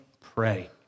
pray